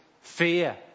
fear